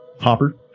Hopper